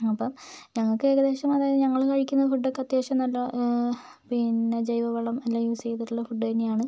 അപ്പോൾ ഞങ്ങൾക്ക് ഏകദേശം അതായത് ഞങ്ങൾ കഴിക്കുന്ന ഫുഡ്ഡോക്കെ അത്യാവശ്യം നല്ല പിന്നെ ജൈവവളമൊക്കെ യൂസ് ചെയ്തിട്ടുള്ള ഫുഡ് തന്നെയാണ്